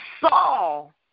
Saul